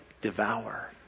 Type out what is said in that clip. devour